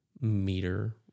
meter